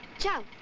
ciao,